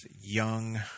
young